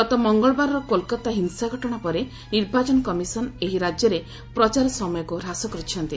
ଗତ ମଙ୍ଗଳବାରର କୋଲକାତା ହିଂସା ଘଟଣା ପରେ ନିର୍ବାଚନ କମିଶନ ଏହି ରାଜ୍ୟରେ ପ୍ରଚାର ସମୟକୁ ହ୍ରାସ କରିଛନ୍ତି